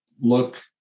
look